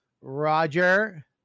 Roger